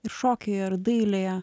ir šokyje ir dailėje